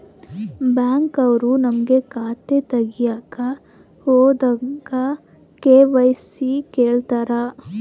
Bank ಅವ್ರು ನಮ್ಗೆ ಖಾತೆ ತಗಿಯಕ್ ಹೋದಾಗ ಕೆ.ವೈ.ಸಿ ಕೇಳ್ತಾರಾ?